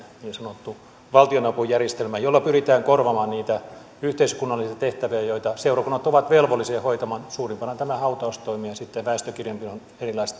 sanottu valtionapujärjestelmä jolla pyritään korvaamaan niitä yhteiskunnallisia tehtäviä joita seurakunnat ovat velvollisia hoitamaan suurimpana tämä hautaustoimi ja sitten väestökirjanpidon erilaiset